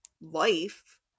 life